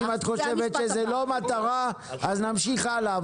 ואם את חושבת שזו לא מטרה, אז נמשיך הלאה.